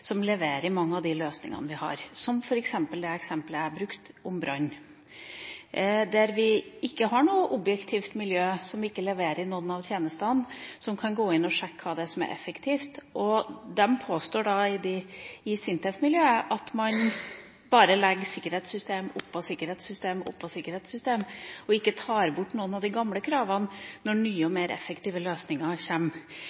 som leverer mange av de løsningene vi har – som det eksemplet jeg brukte om brann. Vi har ikke noe objektivt miljø som ikke leverer noen av tjenestene, og som kan gå inn og sjekke hva som er effektivt. I SINTEF-miljøet påstår man at man bare legger sikkerhetssystem oppå sikkerhetssystem oppå sikkerhetssystem, og ikke tar bort noen av de gamle kravene når nye og